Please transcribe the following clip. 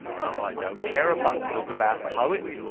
but i don't care a button-hook about poets,